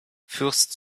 fürst